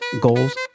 goals